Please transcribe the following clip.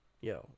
yo